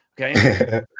okay